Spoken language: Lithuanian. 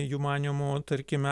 jų manymu tarkime